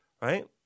right